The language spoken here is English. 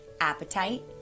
appetite